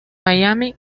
miami